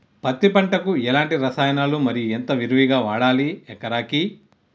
పత్తి పంటకు ఎలాంటి రసాయనాలు మరి ఎంత విరివిగా వాడాలి ఎకరాకి?